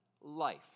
life